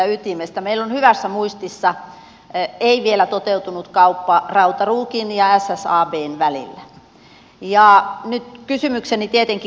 meillä on hyvässä muistissa ei vielä toteutunut kauppa rautaruukin ja ssabn välillä ja nyt kysymykseni tietenkin kuuluu